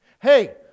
Hey